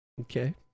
Okay